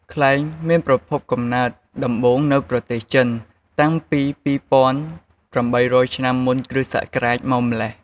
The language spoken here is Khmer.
ខ្លែងមានប្រភពកំណើតដំបូងនៅប្រទេសចិន តាំងពី២៨០០ឆ្នាំមុន គ្រិស្ដសករាជ មកម្ល៉េះ។